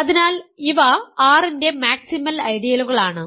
അതിനാൽ ഇവ R ന്റെ മാക്സിമൽ ഐഡിയലുകളാണ്